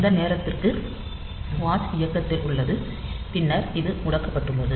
இந்த நேரத்திற்கு வாட்ச் இயக்கத்தில் உள்ளது பின்னர் இது முடக்கப்பட்டுள்ளது